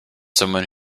someone